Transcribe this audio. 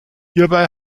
hierbei